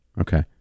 Okay